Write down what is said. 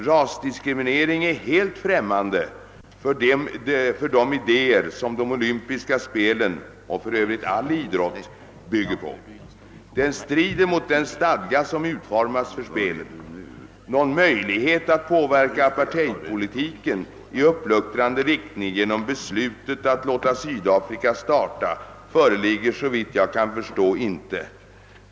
Rasdiskriminering är helt främmande för de idéer som de olympiska spelen — och för övrigt all idrott — bygger på. Den strider mot den stadga som utformats för spelen. Någon möjlighet att påverka apartheidpolitiken i uppluckrande riktning genom beslutet att låta Sydafrika starta föreligger såvitt jag kan förstå inte.